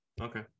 Okay